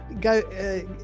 go